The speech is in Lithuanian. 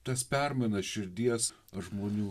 tas permainas širdies žmonių